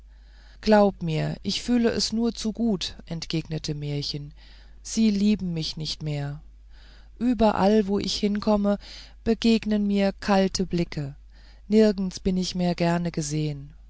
glaube mir ich fühle es nur zu gut entgegnete märchen sie lieben mich nicht mehr überall wo ich hinkomme begegnen mir kalte blicke nirgends bin ich mehr gern gesehen